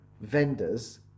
vendors